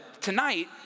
tonight